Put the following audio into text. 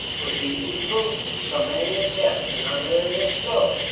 was he evil. in some areas yes, in other areas, no.